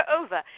over